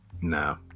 No